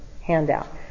handout